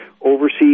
Overseas